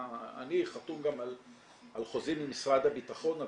אני חתום גם על חוזים עם משרד הביטחון על